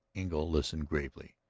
engle listened gravely.